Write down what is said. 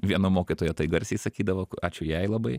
viena mokytoja tai garsiai sakydavo ačiū jai labai